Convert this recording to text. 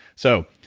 so,